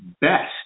best